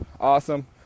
Awesome